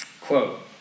Quote